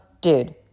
dude